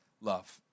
love